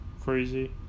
crazy